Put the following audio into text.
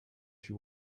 she